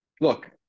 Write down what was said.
look